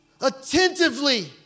attentively